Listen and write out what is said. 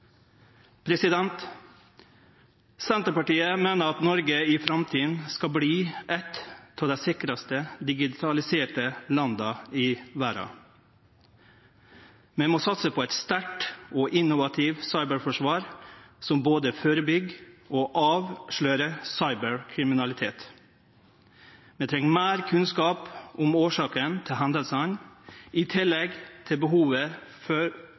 Senterpartiet meiner at Noreg i framtida skal verte eit av dei sikraste digitaliserte landa i verda. Vi må satse på eit sterkt og innovativt cyberforsvar som både førebyggjer og avslører cyberkriminalitet. Vi treng meir kunnskap om årsaka til hendingane, i tillegg til behovet for